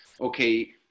okay